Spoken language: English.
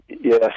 Yes